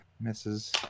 Misses